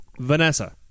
Vanessa